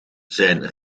zijn